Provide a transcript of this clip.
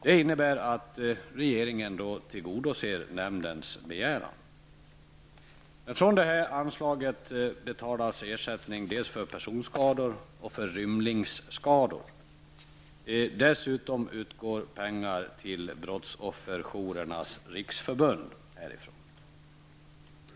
Det innebär att regeringen tillgodoser nämndens begäran. Från detta anslag betalas ersättning dels för personskador, dels för rymlingsskador. Dessutom utgår från anslaget pengar till Brottsofferjourernas riksförbund.